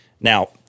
Now